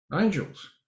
angels